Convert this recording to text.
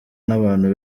n’abantu